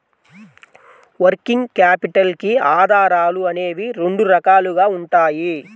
working capital కి ఆధారాలు అనేవి రెండు రకాలుగా ఉంటాయి